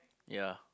ya